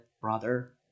brother